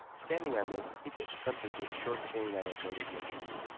standing on this, he fixed something to the short chain i had noted yesterday.